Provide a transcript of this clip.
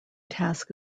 task